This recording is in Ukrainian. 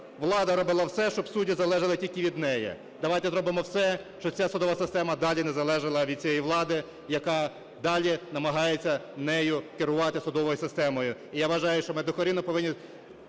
влада робила все, щоб судді залежали тільки від неї. Давайте зробимо все, щоб ця судова система далі не залежала від цієї влади, яка далі намагається нею керувати, судовою системою. І я вважаю, що ми докорінно повинні